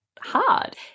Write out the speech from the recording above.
hard